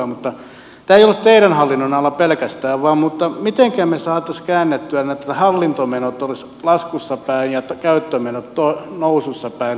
tämä ei ollut teidän hallinnonalanne pelkästään mutta mitenkä me saisimme käännettyä näin että hallintomenot olisivat laskussa päin ja käyttömenot nousussa päin